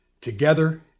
Together